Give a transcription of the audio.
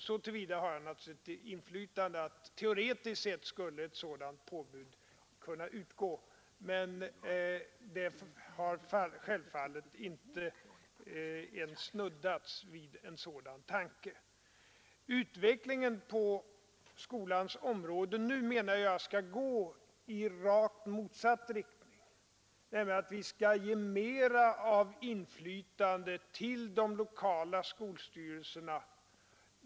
Så till vida har jag naturligtvis ett inflytande, att teoretiskt sett skulle ett sådant påbud kunna utgå, men vi har självfallet inte ens snuddat vid en sådan tanke. Utvecklingen på skolans område skall enligt min mening gå i rakt motsatt riktning; vi skall ge mera inflytande till de lokala skolstyrelserna.